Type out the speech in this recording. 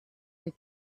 and